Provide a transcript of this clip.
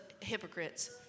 hypocrites